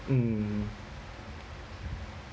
mm